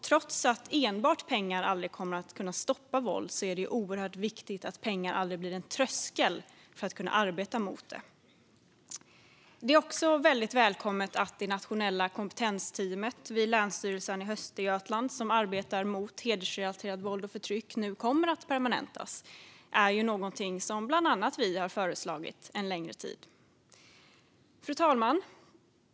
Trots att enbart pengar aldrig kommer att kunna stoppa våld är det oerhört viktigt att pengar aldrig blir en tröskel som hindrar oss från att arbeta mot det. Det är också väldigt välkommet att det nationella kompetensteamet mot hedersrelaterat våld och förtryck vid Länsstyrelsen i Östergötlands län nu kommer att permanentas. Det är någonting som bland andra vi har föreslagit under en längre tid. Fru talman!